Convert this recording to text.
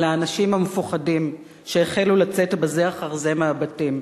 האנשים המפוחדים שהחלו לצאת בזה אחר זה מהבתים.